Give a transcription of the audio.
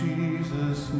Jesus